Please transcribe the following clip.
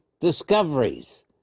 discoveries